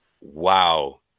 wow